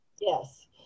Yes